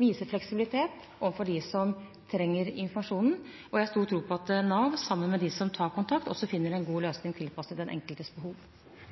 vise fleksibilitet overfor dem som trenger informasjonen, og jeg har stor tro på at Nav, sammen med dem som tar kontakt, finner en god løsning tilpasset den enkeltes behov.